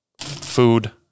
food